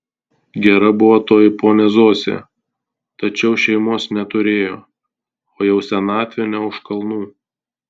gera buvo toji ponia zosė tačiau šeimos neturėjo o jau senatvė ne už kalnų